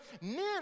men